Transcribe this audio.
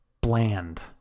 bland